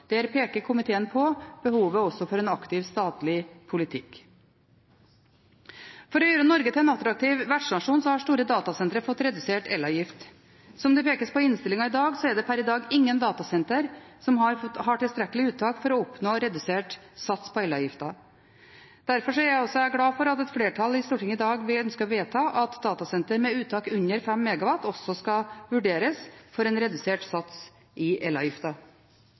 Der peker komiteen på behovet for en aktiv statlig politikk. For å gjøre Norge til en attraktiv vertsnasjon, har store datasentre fått redusert elavgift. Som det pekes på i dagens innstilling, er det per i dag ingen datasentre som har tilstrekkelig uttak for å oppnå redusert sats på elavgiften. Derfor er jeg glad for at et stort flertall i Stortinget i dag ønsker å vedta at datasentre med uttak under 5 MW også skal vurderes for en redusert sats i